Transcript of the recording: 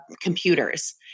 computers